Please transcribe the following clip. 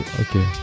okay